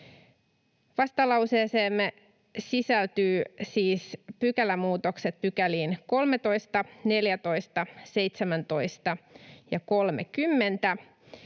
Vastalauseeseemme sisältyy siis pykälämuutokset 13, 14, 17 ja 30